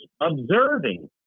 observing